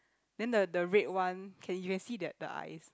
then the the red one can you can see the the eyes